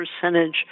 percentage